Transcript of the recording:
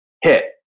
hit